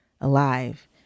alive